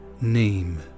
name